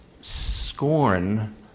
scorn